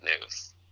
news